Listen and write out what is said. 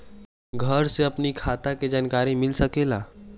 घर से अपनी खाता के जानकारी मिल सकेला?